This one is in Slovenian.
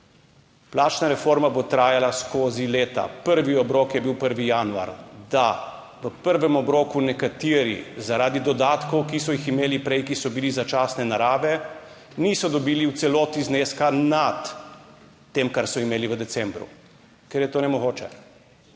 Plačna reforma bo trajala skozi leta. Prvi obrok je bil 1. januar, da v prvem obroku nekateri zaradi dodatkov, ki so jih imeli prej, ki so bili začasne narave niso dobili v celoti zneska nad tem, kar so imeli v decembru, ker je to nemogoče.